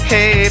Hey